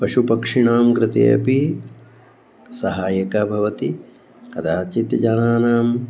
पशुपक्षिणां कृते अपि सहाय्यकाः भवन्ति कदाचित् जनानाम्